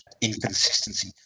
inconsistency